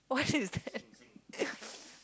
what is that